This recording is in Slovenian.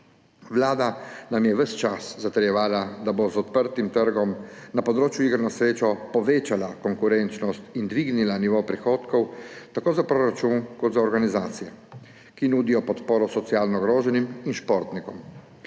Vlada nam je ves čas zatrjevala, da bo z odprtim trgom na področju iger na srečo povečala konkurenčnost in dvignila nivo prihodkov tako za proračun kot za organizacije, ki nudijo podporo socialno ogroženim in športnikom.